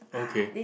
okay